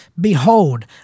Behold